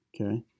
okay